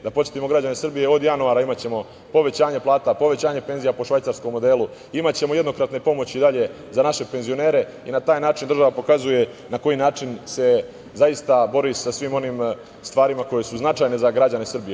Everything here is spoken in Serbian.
Da podsetim građane Srbije da ćemo od januara imati povećanje plata, povećanje penzija po švajcarskom modelu, imaćemo jednokratne pomoći za naše penzionere i na taj način država pokazuje na koji način se zaista bori sa svim onim stvarima koje su značajne za građane Srbije.